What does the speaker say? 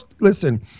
listen